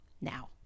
now